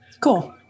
Cool